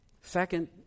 Second